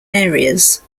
areas